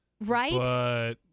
right